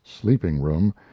sleeping-room